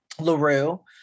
LaRue